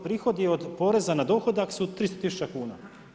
Prihodi od poreza na dohodak su 300 tisuća kuna.